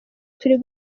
turi